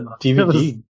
dvd